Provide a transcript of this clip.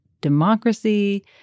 democracy